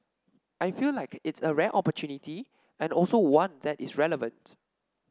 I feel like it's a rare opportunity and also one that is relevant